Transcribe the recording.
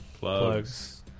Plugs